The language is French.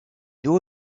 doit